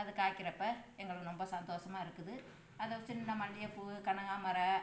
அது காய்க்கிறப்போ எங்களுக்கு ரொம்ப சந்தோசமாக இருக்குது அதுவும் சின்ன மல்லிகைப் பூவு கனகாமரம்